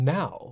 now